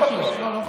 לא, לא חושב.